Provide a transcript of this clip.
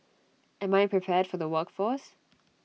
am I prepared for the workforce